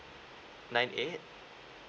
nine eight